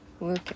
Look